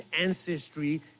ancestry